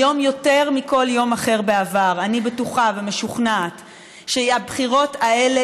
היום יותר מכל יום אחר בעבר אני בטוחה ומשוכנעת שהבחירות האלה